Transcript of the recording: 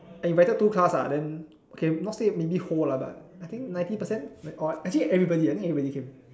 I invited two class ah then okay not say maybe whole lah but I think ninety percent like or actually everybody i think everybody came